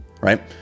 right